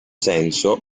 senso